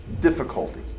difficulty